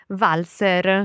valser